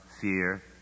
fear